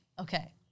Okay